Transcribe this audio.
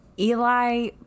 Eli